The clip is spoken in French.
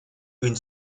une